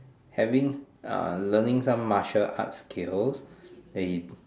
having uh learning some Martial art skills that you